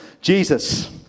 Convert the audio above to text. Jesus